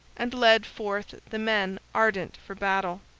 and led forth the men ardent for battle.